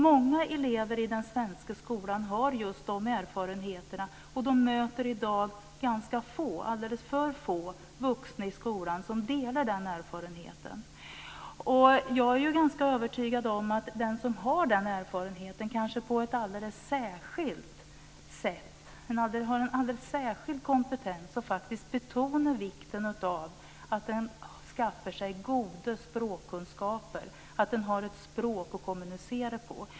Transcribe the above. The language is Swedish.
Många elever i den svenska skolan har just de erfarenheterna men möter i dag alldeles för få vuxna i skolan som delar den erfarenheten. Jag är ganska övertygad om att den som har den erfarenheten har en alldeles särskild kompetens att betona vikten av att man skaffar sig goda språkkunskaper så att man har ett språk att kommunicera på.